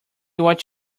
what